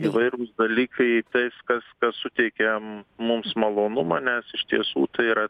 įvairūs dalykai tais kas kas suteikia mums malonumą nes iš tiesų tai yra